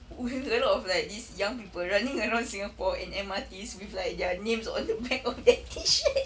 we have a lot of like these young people running around singapore in M_R_Ts with like their names on their back of their T-shirt